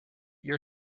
your